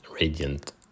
radiant